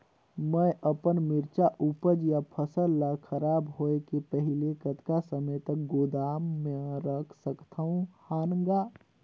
मैं अपन मिरचा ऊपज या फसल ला खराब होय के पहेली कतका समय तक गोदाम म रख सकथ हान ग?